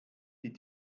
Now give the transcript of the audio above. die